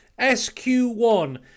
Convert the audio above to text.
SQ1